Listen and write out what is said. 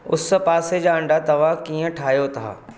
उस पासे जा अंडा तव्हां कीअं ठाहियो था